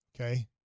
Okay